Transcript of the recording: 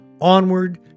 Onward